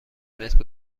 متر